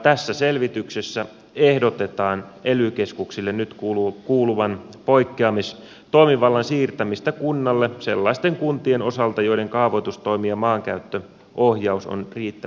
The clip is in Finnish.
tässä selvityksessä ehdotetaan ely keskuksille nyt kuuluvan poikkeamistoimivallan siirtämistä kunnalle sellaisten kuntien osalta joiden kaavoitustoimi ja maankäyttöohjaus on riittävän kehittynyt